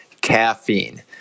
caffeine